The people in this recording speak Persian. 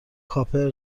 کاپر